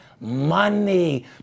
money